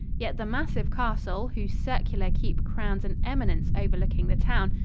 yet the massive castle, whose circular keep crowns an eminence overlooking the town,